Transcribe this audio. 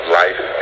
life